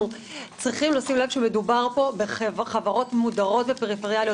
צריכים לשים לב שמדובר פה בחברות מודרות ופריפריאליות,